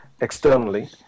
externally